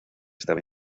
estaba